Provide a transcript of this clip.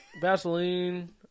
Vaseline